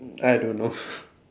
I don't know